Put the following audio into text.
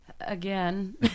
again